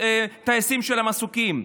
מטייסי המסוקים.